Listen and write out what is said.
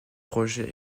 projet